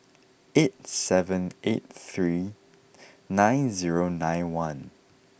eight seven eight three nine zero nine one